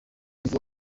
ivuga